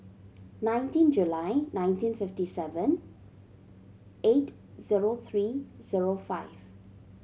nineteen July nineteen fifty seven eight zero three zero five